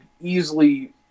easily